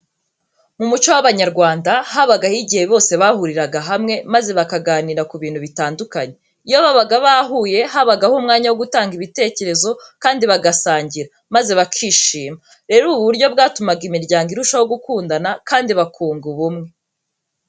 Mu muco w'Abanyarwanda habagaho igihe bose bahuriraga hamwe maze bakaganira ku bintu bitandukanye. Iyo babaga bahuye habagaho umwanya wo gutanga ibitekerezo kandi bagasangira maze bakishima. Rero ubu buryo bwatumaga imiryango irushaho gukundana kandi bakunga ubumwe.